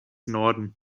norden